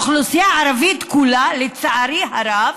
האוכלוסייה הערבית כולה, לצערי הרב,